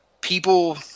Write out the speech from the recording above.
people